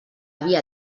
via